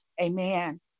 Amen